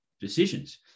decisions